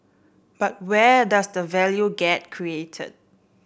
but where does the value get created